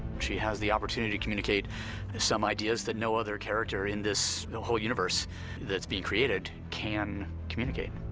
she has the opportunity to communicate some ideas that no other character, in this whole universe that's been created, can communicate.